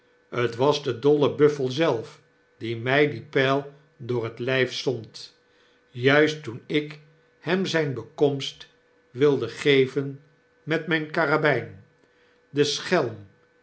t was de dolle buffel zelf die my dien pyl door t lyf zond juist toen ik hem zyn bekomst wilde geven met myn karabyn de schelm